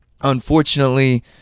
unfortunately